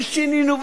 ושינינו,